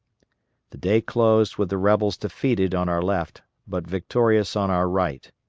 the day closed with the rebels defeated on our left, but victorious on our right.